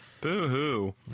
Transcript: boo-hoo